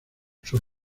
sus